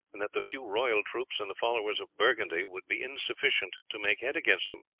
and that the few royal troops and the followers of burgundy would be insufficient to make head against them.